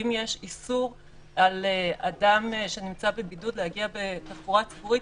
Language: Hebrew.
אם יש איסור על אדם שנמצא בבידוד להגיע בתחבורה ציבורית,